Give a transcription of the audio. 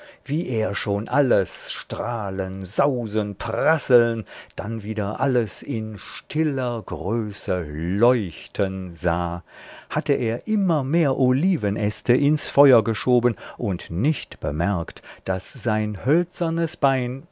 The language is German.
wie er schon alles strahlen sausen prasseln dann wieder alles in stiller größe leuchten sah hatte er immer mehr olivenäste ins feuer geschoben und nicht bemerkt daß sein hölzernes bein